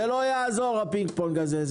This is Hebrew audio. זה לא יעזור הפינג פונג הזה.